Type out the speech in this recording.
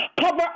Cover